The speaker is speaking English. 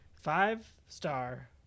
Five-star